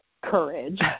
courage